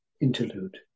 interlude